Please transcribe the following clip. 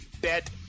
Bet